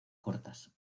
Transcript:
cortas